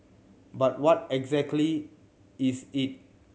but what exactly is it